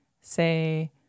say